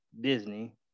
Disney